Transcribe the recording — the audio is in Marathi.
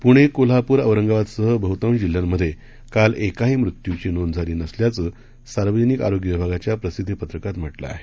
पुणे कोल्हापूर औरंगाबादसह बह्तांश जिल्ह्यांमधे काल एकाही मृत्यूची नोंद झाली नसल्याचं सार्वजनिक आरोग्य विभागाच्या प्रसिद्विपत्रकात म्हटलं आहे